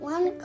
One